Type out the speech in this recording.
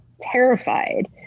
terrified